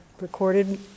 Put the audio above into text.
recorded